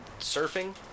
Surfing